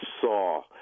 saw